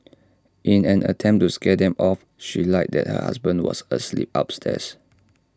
in an attempt to scare them off she lied that her husband was asleep upstairs